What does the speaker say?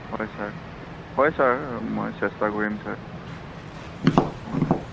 হয় ছাৰ হয় ছাৰ মই চেষ্টা কৰিম ছাৰ মই